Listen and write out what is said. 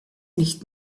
nicht